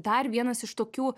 dar vienas iš tokių